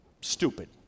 stupid